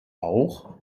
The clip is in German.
auch